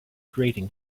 grating